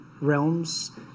realms